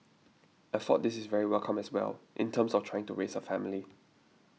I thought this is very welcome as well in terms of trying to raise a family